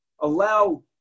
allow